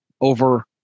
over